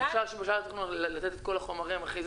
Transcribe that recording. שאפשר בשלב התכנון לתת את כל החומרים הכי...